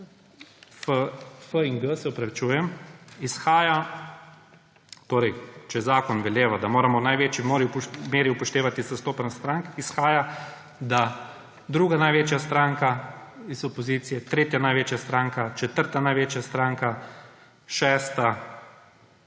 ki jih imamo pod f in g, če zakon veleva, da moramo v največji možni meri upoštevati zastopanost strank, izhaja, da druga največja stranka iz opozicije, tretja največja stranka, četrta največja stranka, šesta,